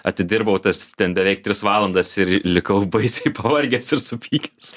atidirbau tas ten beveik tris valandas ir likau baisiai pavargęs ir supykęs